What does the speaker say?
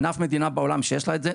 אין אף מדינה בעולם שיש לה את זה,